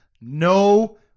no